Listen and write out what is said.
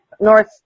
North